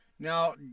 Now